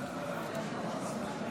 חברי הכנסת,